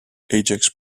ajax